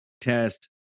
test